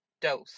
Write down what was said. dose